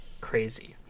Crazy